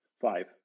five